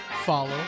follow